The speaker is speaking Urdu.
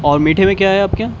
اور میٹھے میں کیا ہے آپ کے یہاں